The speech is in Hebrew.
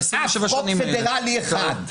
אף חוק פדרלי אחד.